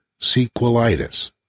sequelitis